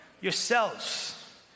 yourselves